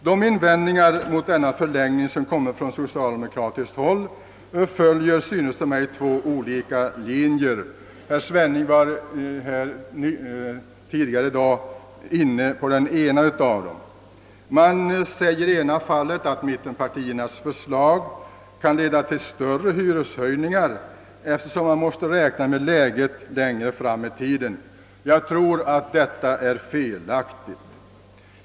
De invändningar mot denna förlängning som framförts från socialdemokratiskt håll följer enligt vad det synes mig två olika linjer. Herr Svenning tog tidigare i dag upp den ena av dem. I det ena fallet menar man att mittenpartiernas förslag kan leda till större hyreshöjningar eftersom man måste ta hänsyn till ett läge som ligger längre fram i tiden. Jag tror att denna invändning är felaktig.